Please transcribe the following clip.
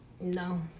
No